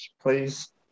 please